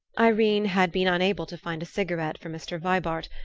irene had been unable to find a cigarette for mr. vibart,